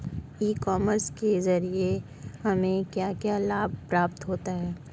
E commerce के ज़रिए हमें क्या क्या लाभ प्राप्त होता है?